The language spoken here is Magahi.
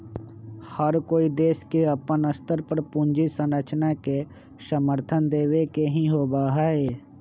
हर कोई देश के अपन स्तर पर पूंजी संरचना के समर्थन देवे के ही होबा हई